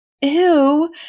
ew